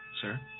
sir